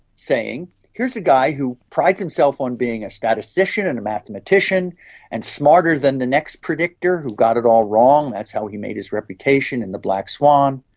saying here's a guy who prides himself on being a statistician and a mathematician and smarter than the next predictor who got it all wrong, that's how he made his reputation in the black swan.